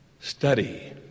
Study